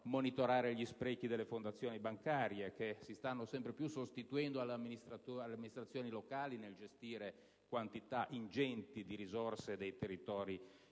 monitorare gli sprechi delle fondazioni bancarie, che si stanno sempre più sostituendo alle amministrazioni locali nel gestire quantità ingenti di risorse dei territori